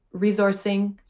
resourcing